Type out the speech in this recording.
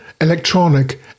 electronic